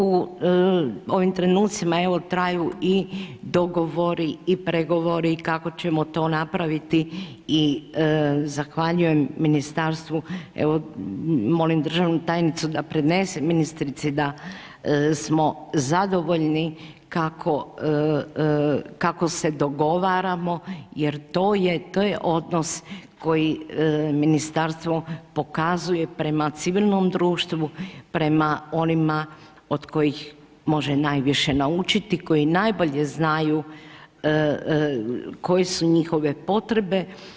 U ovim trenucima, evo traju i dogovori i pregovori, kako ćemo to napraviti i zahvaljujem ministarstvu, evo molim državnu tajnicu da prenese ministrica i da smo zadovoljni kako se dogovaramo jer to je, to je odnos koji ministarstvo pokazuje prema civilnom društvu, prema onima od kojih može najviše naučiti, koji najbolje znaju koje su njihove potrebe.